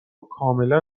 کاملا